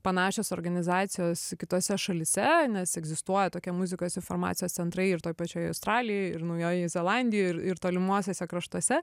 panašios organizacijos kitose šalyse nes egzistuoja tokie muzikos iformacijos centrai ir toj pačioj australijoj ir naujojoj zelandijoj ir ir tolimuosiuose kraštuose